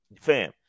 Fam